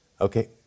okay